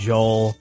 Joel